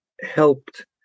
helped